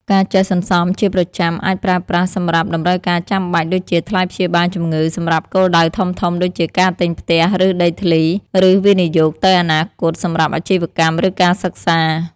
ការចេះសន្សំជាប្រចាំ អាចប្រើប្រាស់សម្រាប់តម្រូវការចាំបាច់ ដូចជាថ្លៃព្យាបាលជំងឺសម្រាប់គោលដៅធំៗដូចជាការទិញផ្ទះ ឬដីធ្លី ឬវិនិយោគទៅអនាគត សម្រាប់អាជីវកម្ម ឬការសិក្សា។